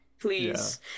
please